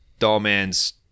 Dollman's